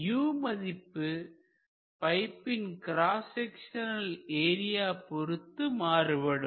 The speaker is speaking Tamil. u மதிப்பு பைப்பின் கிராஸ் செக்சநல் ஏரியா பொறுத்து மாறுபடும்